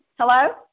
Hello